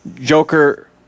Joker